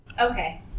Okay